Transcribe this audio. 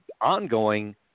ongoing